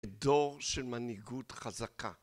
דור של מנהיגות חזקה